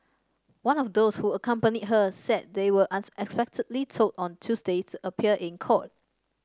one of those who accompanied her said they were unexpectedly told on Tuesday to appear in court